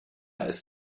ist